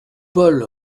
paul